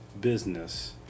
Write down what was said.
business